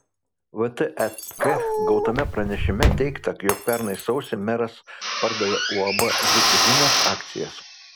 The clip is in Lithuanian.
vtek gautame pranešime teigta jog pernai sausį meras pardavė uab dzūkų žinios akcijas